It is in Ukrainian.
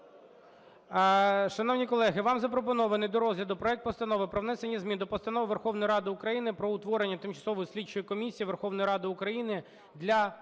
Шановні колеги, вам запропонований до розгляду проект Постанови про внесення змін до Постанови Верховної Ради України "Про утворення Тимчасової слідчої комісії Верховної Ради України для